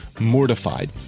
mortified